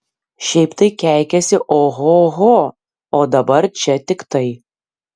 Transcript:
šiaip tai keikiasi ohoho o dabar čia tik tai